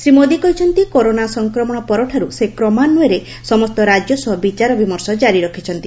ଶ୍ରୀ ମୋଦୀ କହିଛନ୍ତି କରୋନା ସଂକ୍ରମଶ ପରଠାରୁ ସେ କ୍ରମାନ୍ପୟରେ ସମସ୍ତ ରାଜ୍ୟ ସହ ବିଚାର ବିମର୍ଶ ଜାରି ରଖିଛନ୍ତି